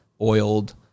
oiled